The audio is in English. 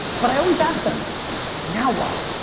but i always ask them now what?